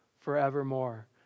forevermore